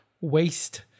waste